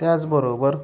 त्याचबरोबर